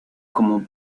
como